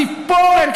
ציפורן,